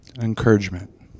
encouragement